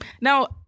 now